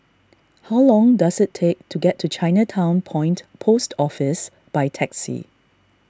how long does it take to get to Chinatown Point Post Office by taxi